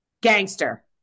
Gangster